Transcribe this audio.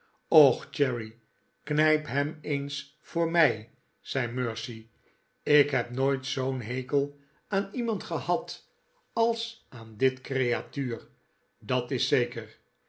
och cherry knijp hem eens voor mij zei mercy ik heb nooit zoo'n hekel aan iemand gehad als aan dit creatuur dat is zeker